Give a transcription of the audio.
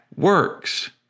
Works